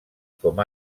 com